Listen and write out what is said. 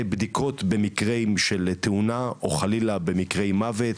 בדיקות במקרים של תאונה או חלילה במקרי מוות,